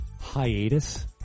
hiatus